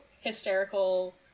hysterical